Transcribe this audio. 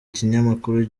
kinyamakuru